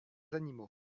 animaux